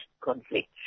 Conflict